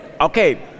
Okay